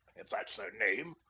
if that's their name,